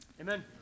Amen